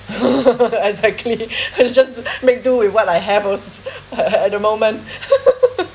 exactly I was just make do with what I have oh at the moment